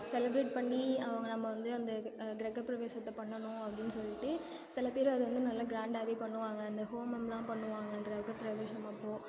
celebrate பண்ணி அவங்க நம்ம வந்து அந்த கிரகப்பிரவேசத்தை பண்ணணும் அப்படின்னு சொல்லிவிட்டு சில பேர் அதை வந்து நல்லா கிராண்டாவே பண்ணுவாங்க இந்த ஹோமம்லாம் பண்ணுவாங்க கிரகப்பிரவேசம் அப்போது